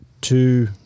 two